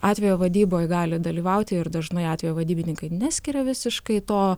atvejo vadyboj gali dalyvauti ir dažnai atvejo vadybininkai neskiria visiškai to